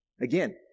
Again